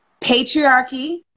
patriarchy